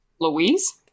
Louise